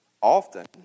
often